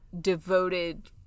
devoted